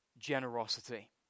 generosity